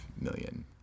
million